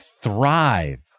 thrive